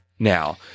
now